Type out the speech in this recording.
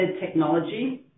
technology